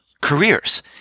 careers